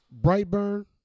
Brightburn